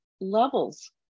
levels